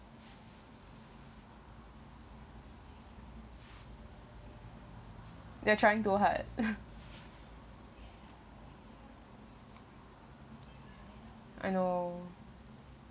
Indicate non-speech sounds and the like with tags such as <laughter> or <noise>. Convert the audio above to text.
they're trying too hard <noise> I know